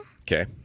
Okay